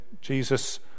Jesus